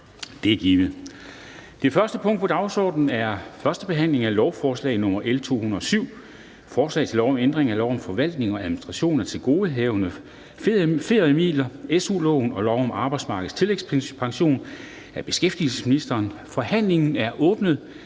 Det er givet. --- Det første punkt på dagsordenen er: 1) 1. behandling af lovforslag nr. L 207: Forslag til lov om ændring af lov om forvaltning og administration af tilgodehavende feriemidler, SU-loven og lov om Arbejdsmarkedets Tillægspension. (Førtidig udbetaling af